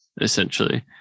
essentially